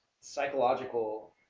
psychological